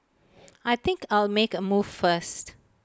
I think I'll make A move first